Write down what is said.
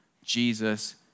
Jesus